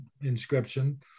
inscription